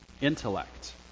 intellect